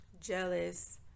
jealous